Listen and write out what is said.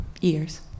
years